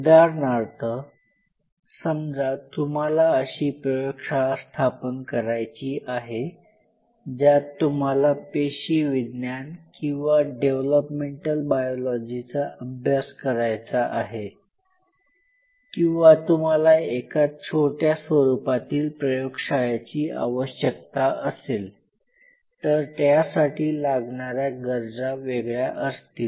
उदाहरणार्थ समजा तुम्हाला अशी प्रयोगशाळा स्थापन करायची आहे ज्यात तुम्हाला पेशीविज्ञान किंवा डेव्हलपमेंटल बायोलॉजीचा अभ्यास करायचा आहे किंवा तुम्हाला एक छोट्या स्वरूपातील प्रयोगशाळेची आवश्यकता असेल तर त्यासाठी लागणाऱ्या गरजा वेगळ्या असतील